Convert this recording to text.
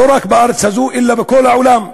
לא רק בארץ הזאת אלא בכל העולם.